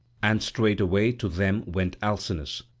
and straightway to them went alcinous,